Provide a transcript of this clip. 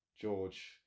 George